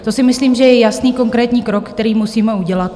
To si myslím, že je jasný konkrétní krok, který musíme udělat.